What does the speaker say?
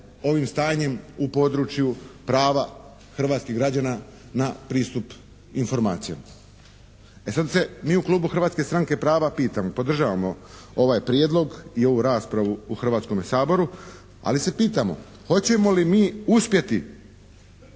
ovim stanjem u području prava hrvatskih građana na pristup informacijama. E sad se mi u klubu Hrvatske stranke prava pitamo, podržavamo ovaj Prijedlog i ovu raspravu u Hrvatskome saboru, ali se pitamo hoćemo li mi uspjeti